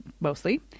mostly